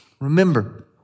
Remember